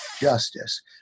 Justice